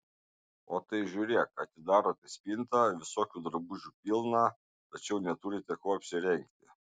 o tai žiūrėk atidarote spintą visokių drabužių pilna tačiau neturite kuo apsirengti